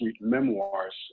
Memoirs